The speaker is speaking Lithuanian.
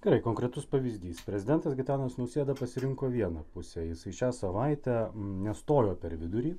gerai konkretus pavyzdys prezidentas gitanas nausėda pasirinko vieną pusę jisai šią savaitę nestojo per vidurį